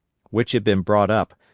which had been brought up,